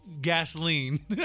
gasoline